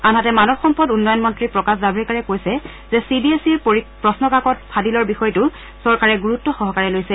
আনহাতে মানৱ সম্পদ উন্নয়ন মন্ত্ৰী প্ৰকাশ জাভ্ৰেকাৰে কৈছে যে চি বি এছ ইৰ প্ৰশ্নকাকত ফাদিলৰ বিষয়টো চৰকাৰে গুৰুত্বসহকাৰে লৈছে